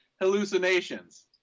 hallucinations